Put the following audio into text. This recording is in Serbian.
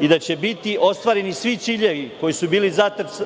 i da će biti ostvareni svi ciljevi koji su bili